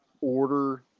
order